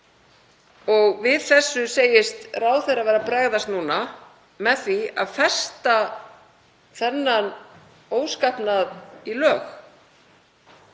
Við þessu segist ráðherra vera að bregðast núna með því að festa þennan óskapnað í lög.